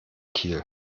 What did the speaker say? kiel